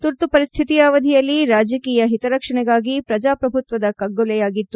ತುರ್ತು ಪರಿಸ್ಥಿತಿಯ ಅವಧಿಯಲ್ಲಿ ರಾಜಕೀಯ ಹಿತರಕ್ಷಣೆಗಾಗಿ ಪ್ರಜಾಪ್ರಭುತ್ವದ ಕಗ್ಗೊಲೆಯಾಗಿತ್ತು